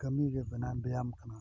ᱠᱟᱹᱢᱤ ᱜᱮ ᱵᱮᱭᱟᱢ ᱠᱟᱱᱟ